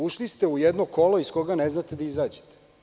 Ušli ste u jedno kolo iz koga ne znate da izađete.